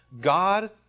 God